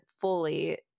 fully